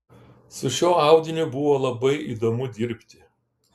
su šiuo audiniu buvo labai įdomu dirbti